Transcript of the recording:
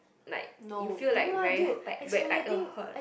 like you feel like very tight where I it'll hurt